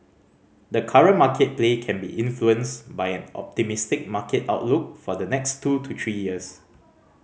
the current market play can be influenced by an optimistic market outlook for the next two to three years